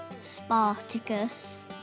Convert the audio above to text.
Spartacus